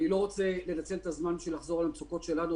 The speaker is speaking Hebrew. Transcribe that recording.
אני לא רוצה לנצל את הזמן כדי לחזור למצוקות שלנו,